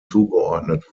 zugeordnet